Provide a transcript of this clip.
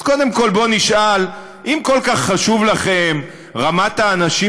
אז קודם כול בואו נשאל: אם כל כך חשובה לכם רמת האנשים